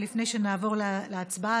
ולפני שנעבור להצבעה,